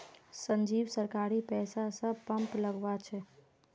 संजीव सरकारी पैसा स पंप लगवा छ